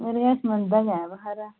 मेरे कश सनोंदा गे खरै